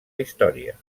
història